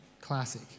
Classic